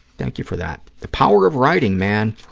thank you for that. the power of writing, man,